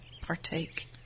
partake